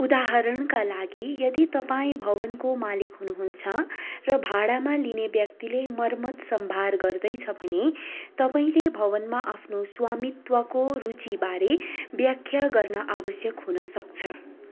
उदाहरणका लागि यदि तपाईँँ भवनको मालिक हुनुहुन्छ र भाडामा लिने व्यक्तिले मर्मत सम्भार गर्दैछ भने तपाईँँले भवनमा आफ्नो स्वामित्वको रुचिबारे व्याख्या गर्न आवश्यक हुन सक्छ